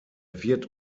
wird